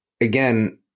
again